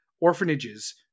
orphanages